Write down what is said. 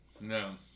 No